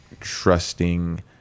trusting